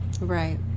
Right